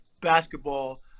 basketball